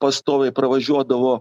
pastoviai pravažiuodavo